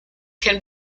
can